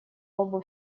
лбу